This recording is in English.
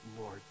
Lord